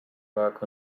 work